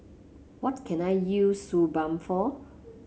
what can I use Suu Balm for